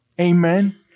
Amen